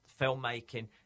filmmaking